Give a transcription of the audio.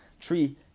tree